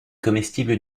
comestible